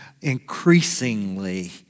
increasingly